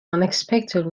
unexpected